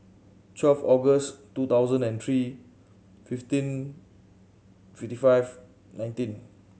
twelve August two thousand and three fifteen fifty five nineteen